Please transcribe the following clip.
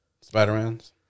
Spider-Man's